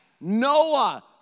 Noah